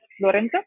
lorenzo